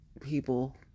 People